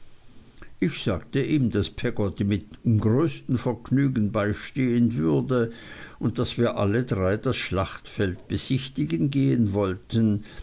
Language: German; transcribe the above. ich sagte ihm daß peggotty ihm mit größtem vergnügen beistehen würde und daß wir all drei das schlachtfeld besichtigen gehen wollten